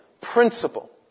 principle